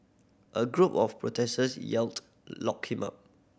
a group of protesters yelled lock him up